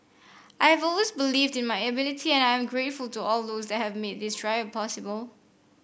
I have always believed in my ability and I am grateful to all those that have made this trial possible